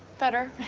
better.